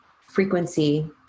frequency